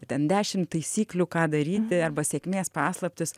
ten dešim taisyklių ką daryti arba sėkmės paslaptys